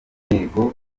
intego